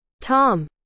tom